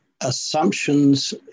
assumptions